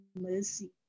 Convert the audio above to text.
mercy